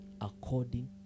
according